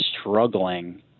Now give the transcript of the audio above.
struggling